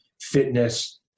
fitness